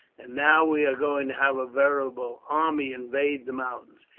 and now we are going to have a veritable army invade the mountains.